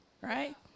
right